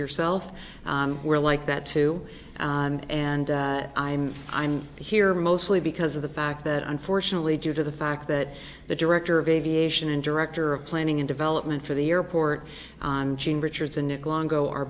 yourself we're like that too and i'm i'm here mostly because of the fact that unfortunately due to the fact that the director of aviation and director of planning and development for the airport richardson nick longo are